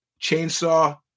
chainsaw